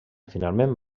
finalment